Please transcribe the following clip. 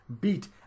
beat